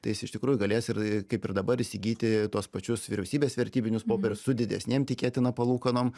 tai jis iš tikrųjų galės ir kaip ir dabar įsigyti tuos pačius vyriausybės vertybinius popierius su didesnėm tikėtina palūkanom